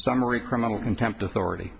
summary criminal contempt authority